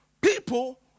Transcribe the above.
People